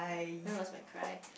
when was my cry